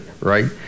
right